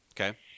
Okay